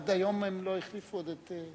עד היום לא החליפו את חבר הכנסת